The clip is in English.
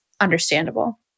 understandable